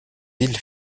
îles